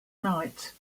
night